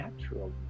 natural